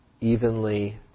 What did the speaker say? evenly